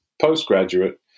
postgraduate